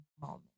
moment